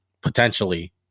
potentially